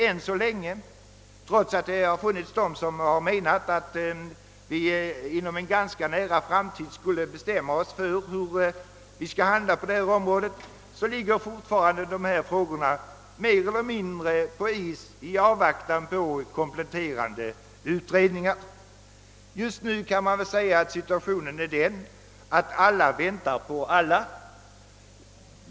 Men trots att det har funnits de som menar att vi inom en ganska nära framtid skulle bestämma oss för hur vi skall handla på detta område, ligger dessa frågor fortfarande mer eller mindre på is i avvaktan på kompletterande utredningar. Man kan väl säga att situationen just nu är den, att alla väntar på alla.